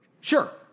Sure